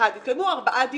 התקיימו ארבעה דיונים.